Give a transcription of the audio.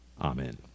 Amen